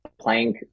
playing